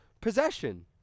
possession